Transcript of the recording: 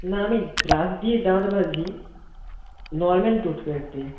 না আমি ব্রাশ দিয়ে দাঁত মাজি নর্মাল টুথপেস্ট দিয়ে